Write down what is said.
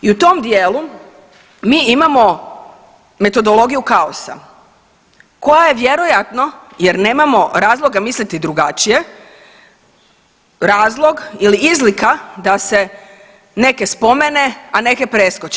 I u tom dijelu mi imao metodologiju kaosa koja je vjerojatno jer nemamo razloga misliti drugačije, razlog ili izlika da se neke spomene, a neke preskoči.